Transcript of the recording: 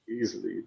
easily